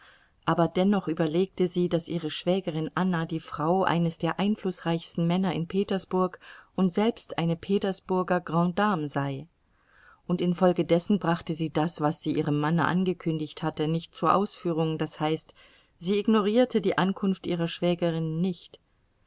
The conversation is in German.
aber dennoch überlegte sie daß ihre schwägerin anna die frau eines der einflußreichsten männer in petersburg und selbst eine petersburger grande dame sei und infolgedessen brachte sie das was sie ihrem manne angekündigt hatte nicht zur ausführung das heißt sie ignorierte die ankunft ihrer schwägerin nicht